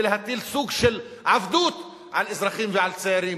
ולהטיל סוג של עבדות על אזרחים ועל צעירים